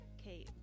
Okay